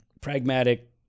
Pragmatic